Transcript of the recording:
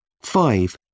Five